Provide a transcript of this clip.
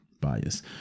bias